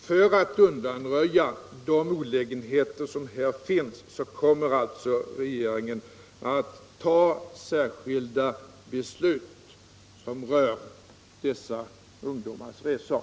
för att undanröja de olägenheter som här finns kommer alltså regeringen att fatta särskilda beslut rörande dessa ungdomars resor.